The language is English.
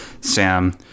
Sam